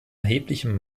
erheblichem